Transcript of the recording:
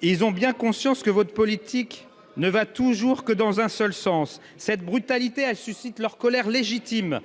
Ils ont bien conscience que votre politique ne va toujours que dans un seul sens. Cette brutalité suscite la colère légitime